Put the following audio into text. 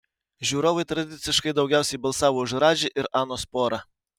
žiūrovai tradiciškai daugiausiai balsavo už radži ir anos porą